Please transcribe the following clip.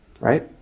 Right